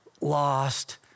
lost